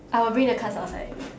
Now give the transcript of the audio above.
I will bring the cards outside